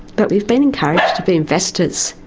but we've been encouraged to be investors,